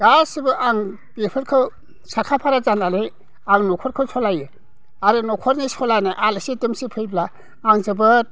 गासैबो आं बेफोरखौ साखाफारा जानानै आं न'खरखौ सालायो आरो न'खरनि सालायनाय आलासि दुमसि फैब्ला आं जोबोद